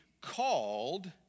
called